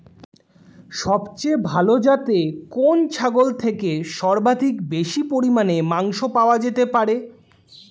সবচেয়ে ভালো যাতে কোন ছাগল থেকে সর্বাধিক বেশি পরিমাণে মাংস পাওয়া যেতে পারে?